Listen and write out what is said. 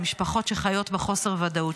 שחיות בחוסר ודאות,